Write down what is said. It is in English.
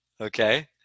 Okay